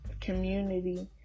community